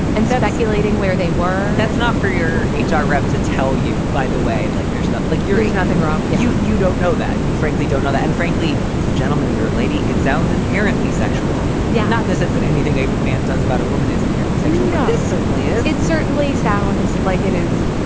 and so by collating where they were, that's not for your h r. rep to tell you. by the way, like there's not like liguras nothing wrong. you you don't know that. you frankly don't know that. and frankly, he's a gentleman. you're a lady. it sounds inherently sexual. yeah. not in the sense that anything a man does about a woman is inherently sexual but this certainly it it certainly sounds like it is.